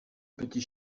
petit